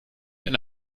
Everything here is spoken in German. eine